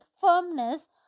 firmness